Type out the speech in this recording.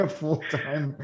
full-time